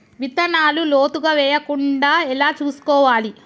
విత్తనాలు లోతుగా వెయ్యకుండా ఎలా చూసుకోవాలి?